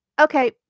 Okay